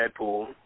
Deadpool